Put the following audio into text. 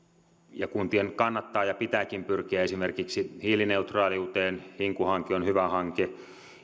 ja kuntien kannattaa ja pitääkin pyrkiä esimerkiksi hiilineutraaliuteen hinku hanke on hyvä hanke